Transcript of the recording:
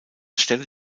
stelle